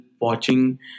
watching